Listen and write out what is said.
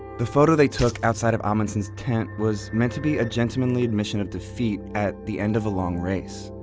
the photo they took outside of amundsen's tent was meant to be a gentlemanly admission of defeat at the end of a long race.